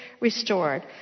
restored